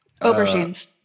Aubergines